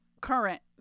current